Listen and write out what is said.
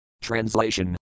Translation